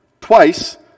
Twice